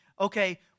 okay